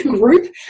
Group